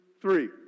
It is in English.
three